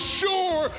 sure